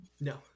no